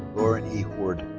lauren e. horde.